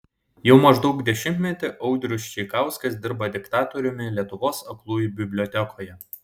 jau maždaug dešimtmetį audrius čeikauskas dirba diktoriumi lietuvos aklųjų bibliotekoje